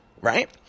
right